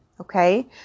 Okay